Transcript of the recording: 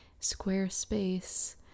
Squarespace